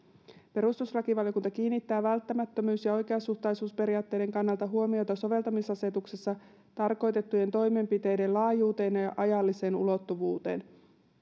perustuslakivaliokunta kiinnittää välttämättömyys ja oikeasuhtaisuusperiaatteiden kannalta huomiota soveltamisasetuksessa tarkoitettujen toimenpiteiden laajuuteen ja ajalliseen ulottuvuuteen